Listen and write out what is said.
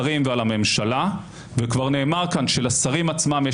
אני לא מבין בכלל איך חברי הכנסת ואיך אנשי מקצוע ואיך